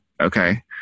Okay